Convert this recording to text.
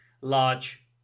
Large